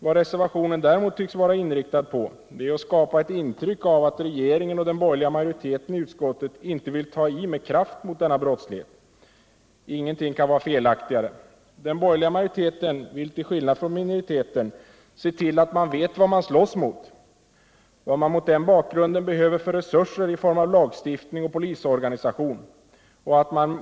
Vad reservationen däremot tycks vara inriktad på är att skapa ett intryck av att regeringen och den borgerliga majoriteten i utskottet inte vill ta i med kraft mot denna brottslighet. Ingenting kan vara felaktigare. Den borgerliga majoriteten vill till skillnad från minoriteten se till att man vet vad man slåss emot, att man vet vad man mot den bakgrunden behöver för resurser i form av lagstiftning och polisorganisation.